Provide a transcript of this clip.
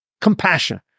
compassion